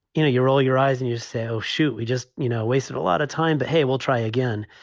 you know, you roll your eyes and you say, oh, shoot, we just, you know, wasted a lot of time. but, hey, we'll try again.